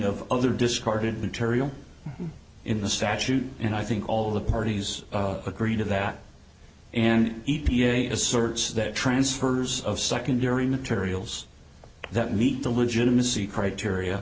of other discarded material in the statute and i think all the parties agree to that and e p a asserts that transfers of secondary materials that meet the legitimacy criteria